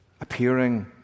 appearing